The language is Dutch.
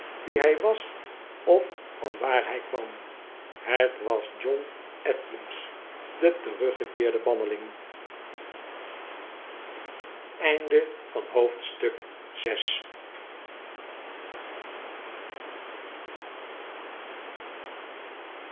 wie hij was of vanwaar hij kwam het was john edmunds de teruggekeerde banneling hoofdstuk